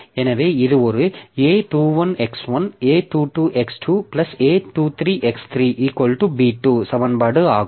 எனவே இது ஒரு a21x1 a22x2 a23x3 b2 சமன்பாடு ஆகும்